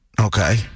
Okay